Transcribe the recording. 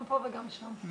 גם פה וגם שם.